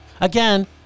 Again